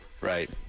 right